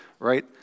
right